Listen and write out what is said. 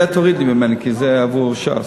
זה תוריד ממני, כי זה עבור ש"ס.